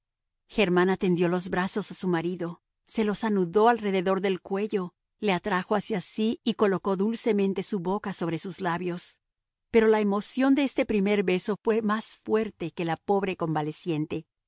germana tendió los brazos a su marido se los anudó alrededor del cuello le atrajo hacia sí y colocó dulcemente su boca sobre sus labios pero la emoción de este primer beso fue más fuerte que la pobre convaleciente